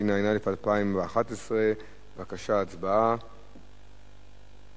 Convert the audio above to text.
התשע"א 2011. ההצעה להעביר את הצעת חוק חוזה